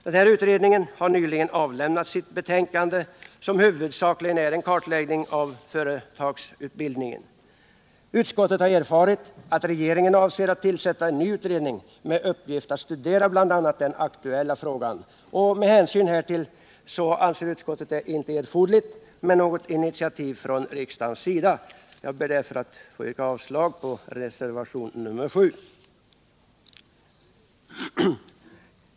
Den utredningen har nyligen avlämnat sitt betänkande, som huvudsakligen är en kartläggning av företagsutbildningen. Utskottet har erfarit att regeringen avser att tillsätta en ny utredning med uppgift att studera bl.a. den aktuella frågan. Med hänsyn härtill är det enligt utskottets mening inte erforderligt med något initiativ från riksdagens sida. Jag ber därför att få yrka avslag på reservationen 7.